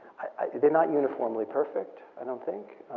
they're not uniformly perfect, i don't think,